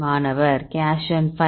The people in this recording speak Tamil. மாணவர் கேஷன் பை